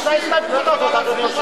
לא תוכל להסביר את זה עכשיו.